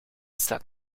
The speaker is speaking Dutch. staat